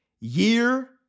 year